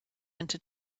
into